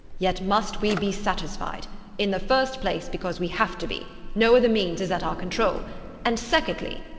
yet must we be satisfied in the first place because we have to be no other means is at our control and secondly,